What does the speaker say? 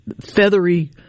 feathery